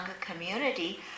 community